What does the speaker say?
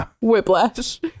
Whiplash